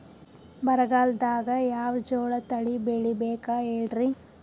ಬರಗಾಲದಾಗ್ ಯಾವ ಜೋಳ ತಳಿ ಬೆಳಿಬೇಕ ಹೇಳ್ರಿ?